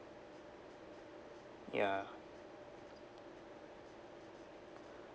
ya